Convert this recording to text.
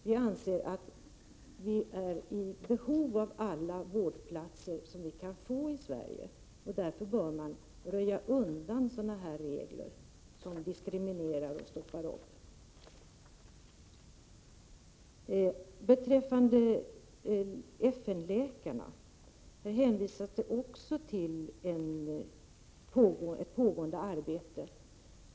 Vi anser att det finns behov av så många vårdplatser som möjligt i Sverige, och därför bör sådana här regler som diskriminerar och stoppar upp röjas undan. Beträffande FN-läkarna hänvisas också till ett pågående arbete.